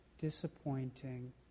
disappointing